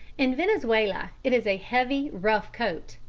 in venezuela it is a heavy, rough coat,